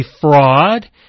fraud